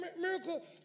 miracle